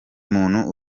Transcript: muntu